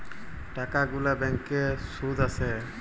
টাকা গুলা ব্যাংকে দিলে শুধ আসে